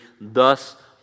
Thus